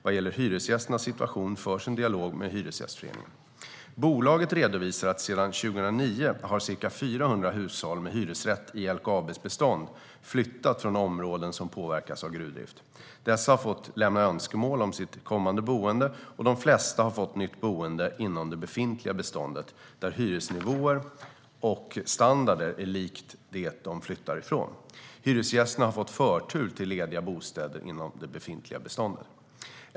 Vad gäller hyresgästernas situation förs en dialog med Hyresgästföreningen. Bolaget redovisar att sedan 2009 har ca 400 hushåll med hyresrätt i LKAB:s bestånd flyttat från områden som påverkas av gruvdrift. Dessa har fått lämna önskemål om sitt kommande boende, och de flesta har fått nytt boende inom det befintliga beståndet där hyresnivåer och standarder är likt det de flyttar från. Hyresgästerna har fått förtur till lediga bostäder inom det befintliga beståndet.